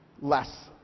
less